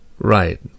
Right